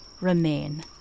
remain